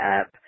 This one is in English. up